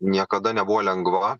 niekada nebuvo lengva